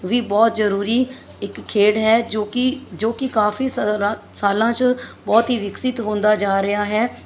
ਵੀ ਬਹੁਤ ਜ਼ਰੂਰੀ ਇੱਕ ਖੇਡ ਹੈ ਜੋ ਕਿ ਜੋ ਕਿ ਕਾਫ਼ੀ ਸਾਲਾਂ 'ਚ ਬਹੁਤ ਹੀ ਵਿਕਸਿਤ ਹੁੰਦਾ ਜਾ ਰਿਹਾ ਹੈ